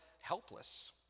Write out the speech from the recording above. helpless